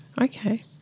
okay